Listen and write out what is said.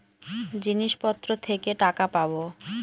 জিনিসপত্র থেকে টাকা পাবো